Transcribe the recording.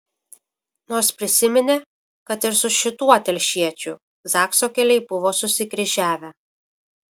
nors prisiminė kad ir su šituo telšiečiu zakso keliai buvo susikryžiavę